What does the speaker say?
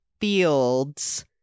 fields